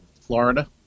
Florida